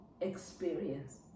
experience